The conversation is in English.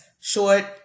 Short